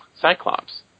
Cyclops